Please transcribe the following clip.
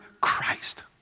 Christ